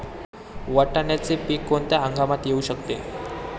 वाटाण्याचे पीक कोणत्या हंगामात येऊ शकते?